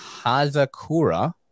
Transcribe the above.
Hazakura